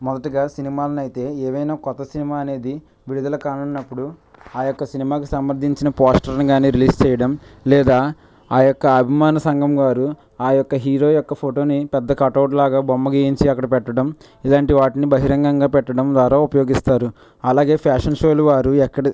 మొదటగా సినిమాలని అయితే ఏవైనా క్రొత్త సినిమా అనేది విడుదల కానున్నప్పుడు ఆయొక్క సినిమాకు సంబంధించిన పోస్టర్ని కానీ రిలీజ్ చేయడం లేదా ఆ యొక్క అభిమాన సంఘం వారు ఆ యొక్క హీరో యొక్క ఫోటోని పెద్ద కటౌట్లాగా బొమ్మ గీయించి అక్కడ పెట్టడం ఇలాంటి వాటిని బహిరంగంగా పెట్టడం ద్వారా ఉపయోగిస్తారు అలాగే ఫ్యాషన్ షోలు వారు ఎక్కడ